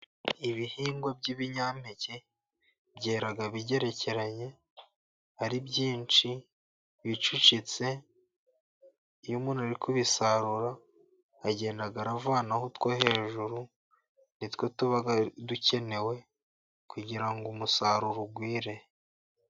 Ibihingwa by'ibinyampeke byera bigerekeranye, hari byinshi bicucitse. Iyo umuntu ari kubisarura agenda avanaho utwo hejuru ni two tuba dukenewe, kugira ngo umusaruro ugwire.